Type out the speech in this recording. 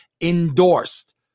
endorsed